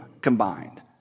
combined